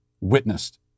witnessed